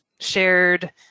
shared